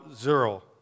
zero